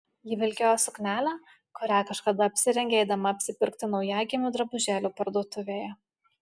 ji vilkėjo suknelę kurią kažkada apsirengė eidama apsipirkti naujagimių drabužėlių parduotuvėje